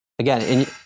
Again